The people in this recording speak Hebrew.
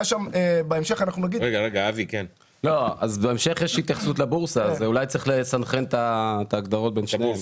בהמשך יש התייחסות לבורסה אז אולי צריך לסנכרן את ההגדרות בין שניהם.